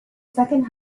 second